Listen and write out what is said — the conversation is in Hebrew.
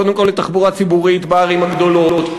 קודם כול לתחבורה ציבורית בערים הגדולות,